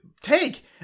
take